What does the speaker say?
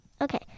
Okay